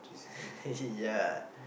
ya